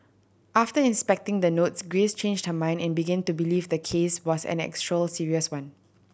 after inspecting the notes Grace changed her mind and begin to believe the case was an actual serious one